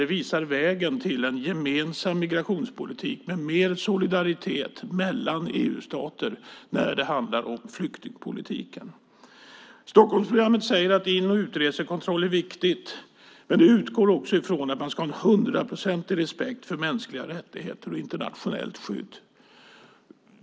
Det visar vägen till en gemensam migrationspolitik med mer solidaritet mellan EU:s stater när det handlar om flyktingpolitiken. Stockholmsprogrammet säger att det är viktigt med in och utresekontroll, men det utgår också ifrån att man ska ha hundraprocentig respekt för mänskliga rättigheter och internationellt skydd.